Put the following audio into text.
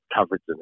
coverage